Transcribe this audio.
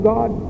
God